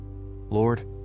Lord